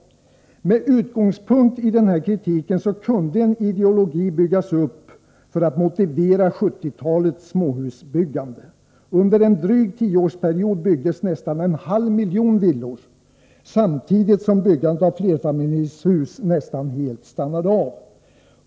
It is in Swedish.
Med utgångspunkt i denna kritik kunde en ideologi byggas upp för att motivera 1970-talets småhusbyggande. Under en dryg tioårsperiod byggdes nästan en halv miljon villor, samtidigt som byggandet av flerfamiljshus nästan helt stannade av.